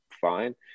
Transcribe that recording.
fine